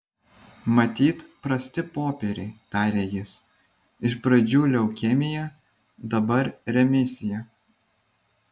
matyt prasti popieriai tarė jis iš pradžių leukemija dabar remisija